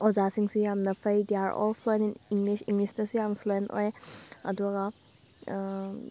ꯑꯣꯖꯥꯁꯤꯡꯁꯤ ꯌꯥꯝꯅ ꯐꯩ they are all fluent in English ꯏꯪꯂꯤꯁꯇꯁꯨ ꯌꯥꯝꯅ ꯐ꯭ꯂꯨꯑꯦꯟ ꯑꯣꯏ ꯑꯗꯨꯒ